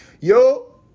yo